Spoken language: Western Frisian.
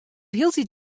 hieltyd